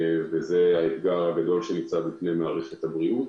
שהוא האתגר הגדול שניצב בפני מערכת הבריאות,